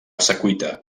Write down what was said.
secuita